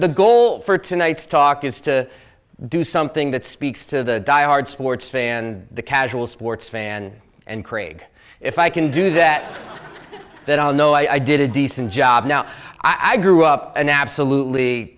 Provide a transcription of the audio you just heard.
the goal for tonight's talk is to do something that speaks to the diehard sports fan the casual sports fan and craig if i can do that that i'll know i did a decent job now i grew up an absolutely